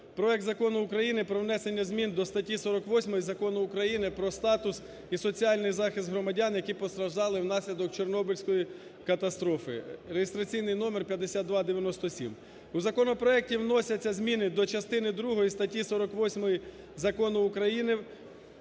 проект Закону України про внесення змін до статті 48 Закону України "Про статус і соціальний захист громадян, які постраждали внаслідок Чорнобильської катастрофи" (реєстраційний номер 5297). В законопроекті вносяться зміни до частини другої статті 48 "Про статус